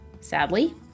Sadly